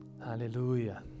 hallelujah